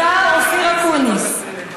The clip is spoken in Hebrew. השר אקוניס,